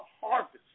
harvest